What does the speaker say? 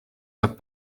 saab